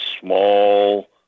Small